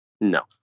No